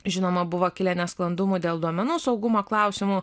žinoma buvo kilę nesklandumų dėl duomenų saugumo klausimų